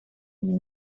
имею